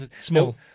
Small